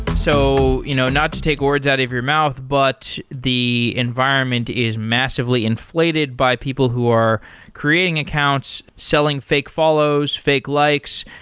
so you know not to take words out of your mouth, but the environment is massively inflated by people who are creating accounts, selling fake follows, fake likes.